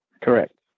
Correct